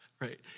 right